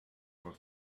for